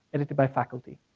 edited by faculty,